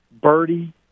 birdie